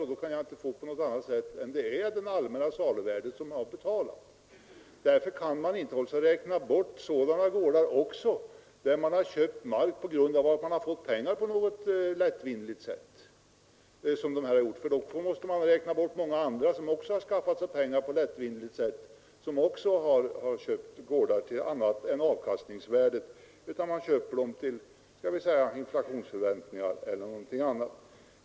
Då kan jag inte få det till något annat än att det är det allmänna saluvärdet som de har betalat. Därför kan man inte räkna bort sådana gårdar som förvärvats på grund av att köparen fått pengar på något lättvindigt sätt. I så fall måste man räkna bort många andra också som för pengar de skaffat på ett lättvindigt sätt köpt gårdar inte till ett pris som motsvarar avkastningsvärdet utan med tanke på förväntad inflation eller något annat.